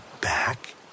back